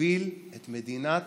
מוביל את מדינת